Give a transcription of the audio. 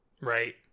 Right